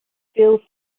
still